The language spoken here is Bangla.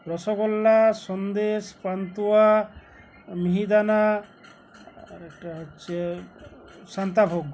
রসগোল্লা সন্দেশ পান্তুয়া মিহিদানা আর একটা হচ্ছে শান্তাভোগ